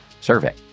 survey